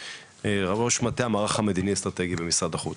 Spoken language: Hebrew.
ראש מטה המערך המדיני אסטרטגי במשרד החוץ.